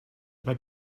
big